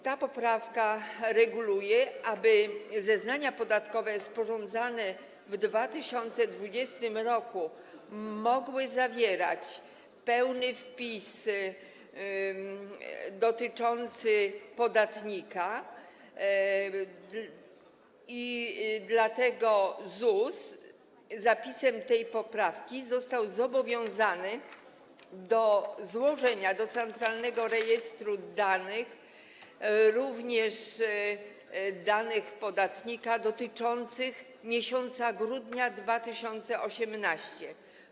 Ta poprawka reguluje to, aby zeznania podatkowe sporządzane w 2020 r. mogły zawierać pełny wpis dotyczący podatnika, i dlatego ZUS zapisem tej poprawki został zobowiązany do przekazania do centralnego rejestru danych również danych podatnika dotyczących grudnia 2018 r.